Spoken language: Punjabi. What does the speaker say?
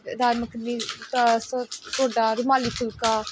ਦਾਲ ਮੱਖਣੀ ਢੋਡਾ ਰੁਮਾਲੀ ਫੁਲਕਾ